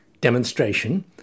demonstration